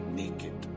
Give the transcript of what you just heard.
naked